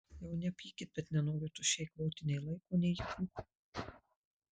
jau nepykit bet nenoriu tuščiai eikvoti nei laiko nei jėgų